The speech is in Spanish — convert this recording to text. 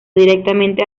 directamente